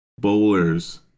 Bowlers